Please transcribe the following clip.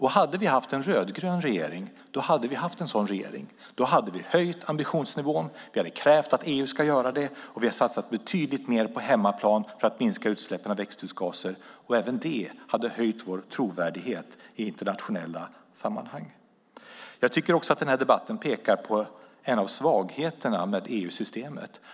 Hade vi haft en rödgrön regering hade vi haft en sådan regering. Då hade vi höjt ambitionsnivån. Vi hade krävt att EU skulle göra det och vi hade satsat betydligt mer på hemmaplan för att minska utsläppen av växthusgaser. Även det hade höjt vår trovärdighet i internationella sammanhang. Jag tycker också att den här debatten pekar på en av svagheterna med EU-systemet.